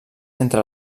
entre